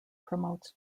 promotes